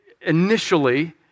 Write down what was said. initially